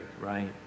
right